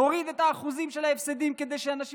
נוריד את האחוזים של ההפסדים כדי שהאנשים